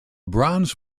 bronze